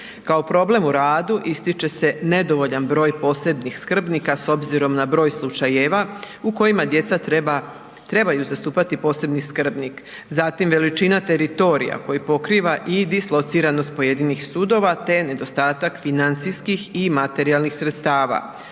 Kao problem u radu ističe se nedovoljan broj posebnih skrbnika s obzirom na broj slučajeva u kojima djeca treba, trebaju zastupati posebni skrbnik. Zatim veličina teritorija koji pokriva i dislociranost pojedinih sudova te nedostatak financijskih i materijalnih sredstava.